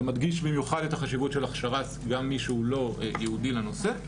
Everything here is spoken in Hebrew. מדגיש במיוחד את החשיבות של הכשרה גם של מי שהוא לא ייעודי לנושא.